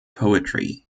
poetry